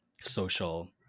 social